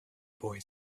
boy